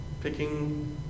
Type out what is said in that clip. picking